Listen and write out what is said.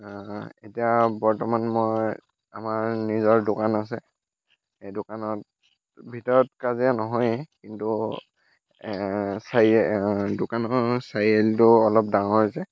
এতিয়া বৰ্তমান মই আমাৰ নিজৰ দোকান আছে সেই দোকানত ভিতৰত কাজিয়া নহয়েই কিন্তু দোকানৰ চাৰিআলিটো অলপ ডাঙৰ যে